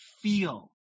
feel